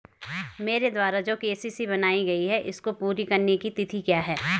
मेरे द्वारा जो के.सी.सी बनवायी गयी है इसको पूरी करने की तिथि क्या है?